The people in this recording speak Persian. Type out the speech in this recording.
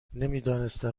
نمیدانستم